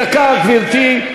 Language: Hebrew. דקה, גברתי.